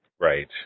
Right